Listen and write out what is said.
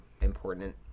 important